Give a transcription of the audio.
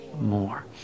more